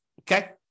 Okay